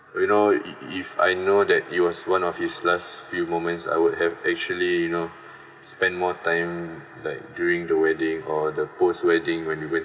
you know if if I know that it was one of his last few moments I would have actually you know spend more time like during the wedding or the post wedding when you wait